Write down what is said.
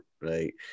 right